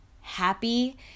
happy